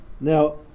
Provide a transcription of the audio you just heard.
now